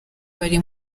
bari